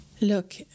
Look